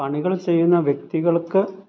പണികൾ ചെയ്യുന്ന വ്യക്തികൾക്ക്